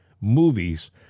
movies